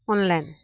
online